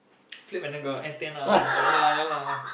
flip an angle antenna ya lah ya lah